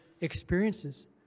experiences